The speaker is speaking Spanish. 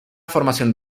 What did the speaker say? formación